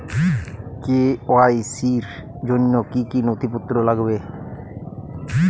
KYC র জন্য কি কি নথিপত্র লাগবে?